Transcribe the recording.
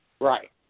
right